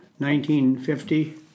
1950